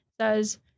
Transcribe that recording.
says